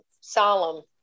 solemn